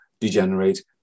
degenerate